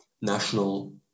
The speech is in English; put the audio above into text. national